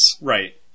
Right